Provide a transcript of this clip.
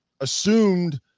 assumed